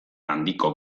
handiko